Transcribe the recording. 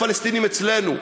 לפלסטינים אצלנו.